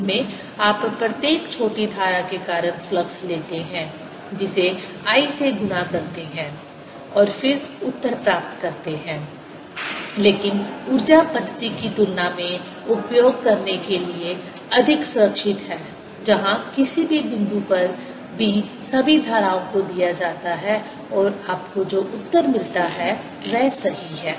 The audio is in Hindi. जिसमें आप प्रत्येक छोटी धारा के कारण फ्लक्स लेते हैं जिसे I से गुणा करते हैं और फिर उत्तर प्राप्त करते हैं लेकिन ऊर्जा पद्धति की तुलना में उपयोग करने के लिए अधिक सुरक्षित है जहां किसी भी बिंदु पर b सभी धाराओं को दिया जाता है और आपको जो उत्तर मिलता है वह सही है